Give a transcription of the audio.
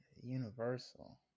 Universal